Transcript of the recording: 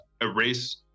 erase